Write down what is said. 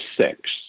six